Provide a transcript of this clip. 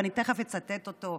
ואני תכף אצטט אותו,